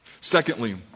Secondly